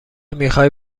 میخوای